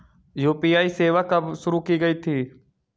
UPI सेवा कब शुरू की गई थी?